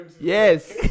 Yes